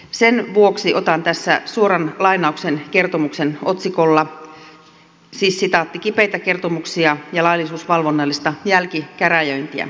sen vuoksi otan tässä suoran lainauksen kertomuksen otsikolla kipeitä kertomuksia ja laillisuusvalvonnallista jälkikäräjöintiä